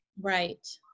right